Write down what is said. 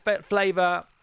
flavor